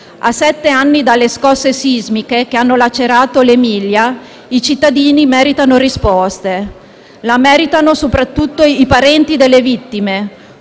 A sette anni dalle scosse sismiche che hanno lacerato l'Emilia, i cittadini meritano risposte, le meritano soprattutto i parenti delle vittime,